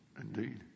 Indeed